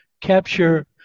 capture